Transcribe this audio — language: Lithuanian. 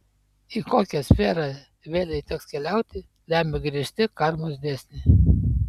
į kokią sferą vėlei teks keliauti lemia griežti karmos dėsniai